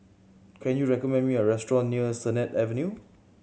can you recommend me a restaurant near Sennett Avenue